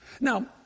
Now